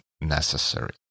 necessary